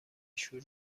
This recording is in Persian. شور